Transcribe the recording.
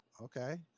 Okay